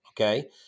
Okay